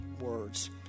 words